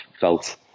felt